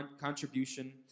contribution